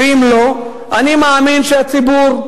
ואם לא, אני מאמין שהציבור,